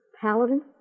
Paladin